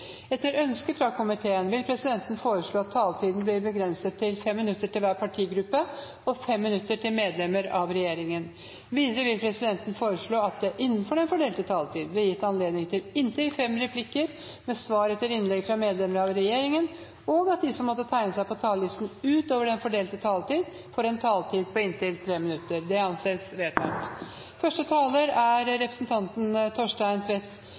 Etter ønske fra finanskomiteen vil presidenten foreslå at taletiden blir begrenset til 5 minutter til hver partigruppe og 5 minutter til medlemmer av regjeringen. Videre vil presidenten foreslå at det – innenfor den fordelte taletid – blir gitt anledning til inntil fem replikker med svar etter innlegg fra medlemmer av regjeringen, og at de som måtte tegne seg på talerlisten utover den fordelte taletid, får en taletid på inntil 3 minutter. – Det anses vedtatt. Dette er